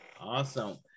Awesome